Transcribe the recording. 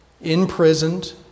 imprisoned